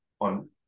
on